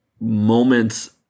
moments